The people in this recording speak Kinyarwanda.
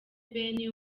ben